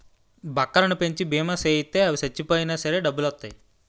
బక్కలను పెంచి బీమా సేయిత్తే అవి సచ్చిపోయినా సరే డబ్బులొత్తాయి